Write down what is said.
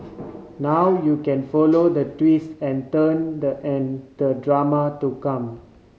now you can follow the twist and turn the the drama to come